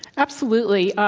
absolutely.